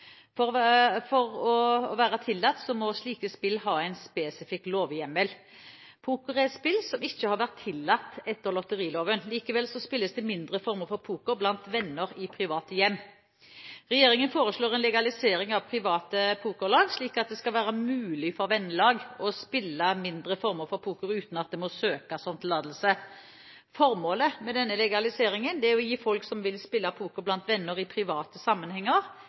For å være tillatt må slike spill ha en spesifikk lovhjemmel. Poker er et spill som ikke har vært tillatt etter lotteriloven. Likevel spilles det mindre former for poker blant venner i private hjem. Regjeringen foreslår en legalisering av private pokerlag, slik at det skal være mulig for vennelag å spille mindre former for poker uten at det må søkes om tillatelse. Formålet med denne legaliseringen er å gi folk som vil spille poker blant venner i private sammenhenger,